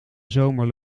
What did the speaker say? zomer